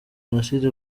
jenoside